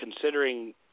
considering